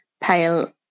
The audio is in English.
pale